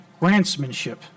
grantsmanship